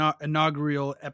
inaugural –